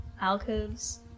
alcoves